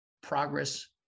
progress